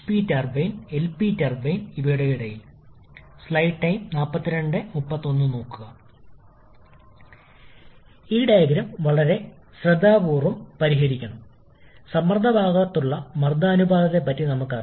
8 ലെ താപനില 7 ലെ താപനിലയേക്കാൾ വലുതാണ് അതനുസരിച്ച് നിർദ്ദിഷ്ട വോള്യവും വലുതായിരിക്കും